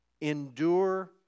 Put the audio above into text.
endure